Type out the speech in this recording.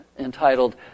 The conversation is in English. entitled